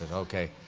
and okay.